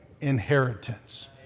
inheritance